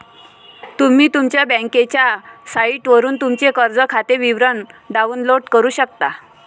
तुम्ही तुमच्या बँकेच्या साइटवरून तुमचे कर्ज खाते विवरण डाउनलोड करू शकता